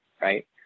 right